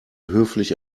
höflich